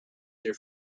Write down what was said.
their